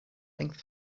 length